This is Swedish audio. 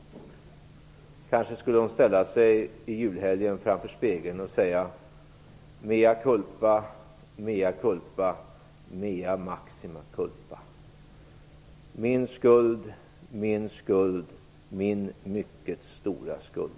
Kanske skulle hon i julhelgen ställa sig framför spegeln och säga: Mea culpa. Mea culpa. Mea maxima culpa. - Min skuld. Min skuld. Min mycket stora skuld.